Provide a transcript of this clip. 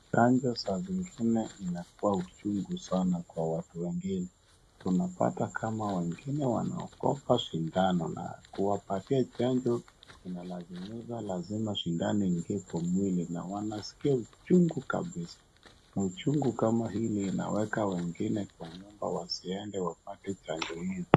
Chanjo sazingine inakuwa uchungu sana kwa watu wengine. Tunapata kama wengine wanaogopa sindano na kuwapatia chanjo inalazimisha lazima shindano iingie kwa mwili na wanisikia uchungu kabisa na uchungu kama hii inaweka wengine kwa nyumba wasiende wapate chanjo ingine.